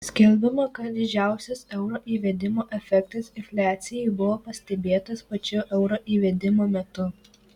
skelbiama kad didžiausias euro įvedimo efektas infliacijai buvo pastebėtas pačiu euro įvedimo metu